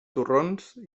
torrons